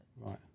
Right